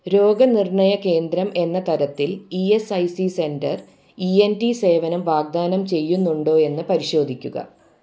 രോഗനിർണയ കേന്ദ്രം എന്ന തരത്തിൽ E S I C centre E N T സേവനം വാഗ്ദാനം ചെയ്യുന്നുണ്ടോ എന്ന് പരിശോധിക്കുക